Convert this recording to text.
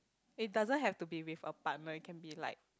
it doesn't have to be with apartment can be like